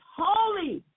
holy